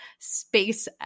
SpaceX